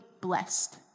blessed